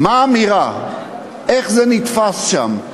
מה האמירה, איך זה נתפס שם?